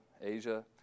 Asia